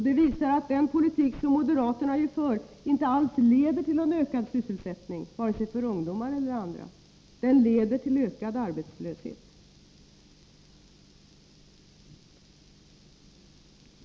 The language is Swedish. Det visar att den politik som moderaterna är för inte alls leder till någon ökad sysselsättning, vare sig för ungdomar eller andra. Den leder till ökad arbetslöshet.